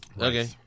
Okay